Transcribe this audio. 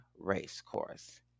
Racecourse